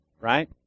Right